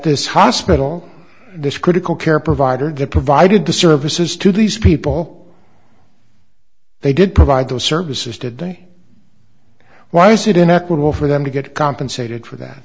this hospital this critical care provider get provided the services to these people they did provide those services today why should an equitable for them to get compensated for that